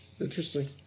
Interesting